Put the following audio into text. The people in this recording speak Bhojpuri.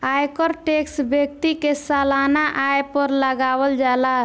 आयकर टैक्स व्यक्ति के सालाना आय पर लागावल जाला